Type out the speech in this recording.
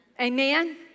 Amen